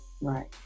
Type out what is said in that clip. Right